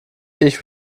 ich